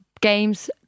games